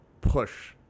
push